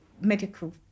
medical